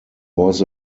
was